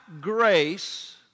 grace